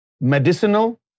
medicinal